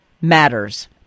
matters